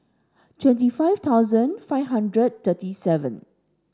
twenty five thousand five hundred thirty seven